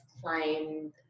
climbed